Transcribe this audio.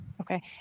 okay